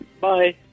Bye